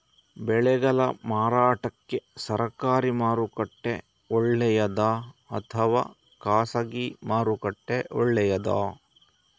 ಬೆಳೆಗಳ ಮಾರಾಟಕ್ಕೆ ಸರಕಾರಿ ಮಾರುಕಟ್ಟೆ ಒಳ್ಳೆಯದಾ ಅಥವಾ ಖಾಸಗಿ ಮಾರುಕಟ್ಟೆ ಒಳ್ಳೆಯದಾ